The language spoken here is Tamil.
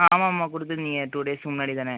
ஆமாம் ஆமாம் கொடுத்துருந்திங்க டூ டேஸ்க்கு முன்னாடி தானே